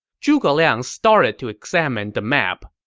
zhuge liang started to examine the map,